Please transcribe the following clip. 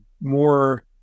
more